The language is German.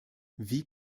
wie